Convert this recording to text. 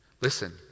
Listen